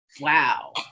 Wow